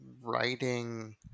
writing